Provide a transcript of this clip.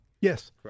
yes